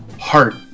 heart